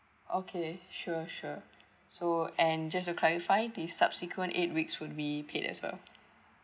okay sure sure so and just to clarify the subsequent eight weeks will be paid as well